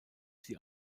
die